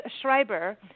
Schreiber